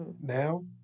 now